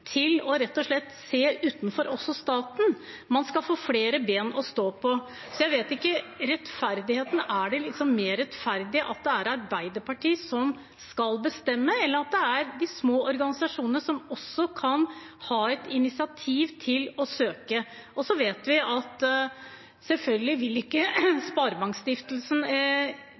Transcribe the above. motivasjon til rett og slett å se utenfor staten, man skal få flere ben å stå på. Jeg vet ikke – er det mer rettferdig at det er Arbeiderpartiet som skal bestemme, enn at det er de små organisasjonene som kan ta initiativ til å søke? Så vet vi selvfølgelig at Sparebankstiftelsen vil